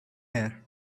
here